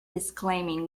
disclaiming